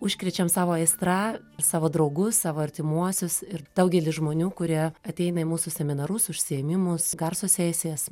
užkrečiam savo aistra savo draugus savo artimuosius ir daugelis žmonių kurie ateina į mūsų seminarus užsiėmimus garso sesijas